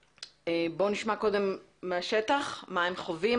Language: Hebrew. בוא נשמע קודם מהשטח מה הם חווים,